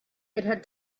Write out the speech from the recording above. had